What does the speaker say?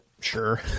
sure